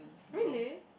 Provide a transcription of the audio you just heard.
really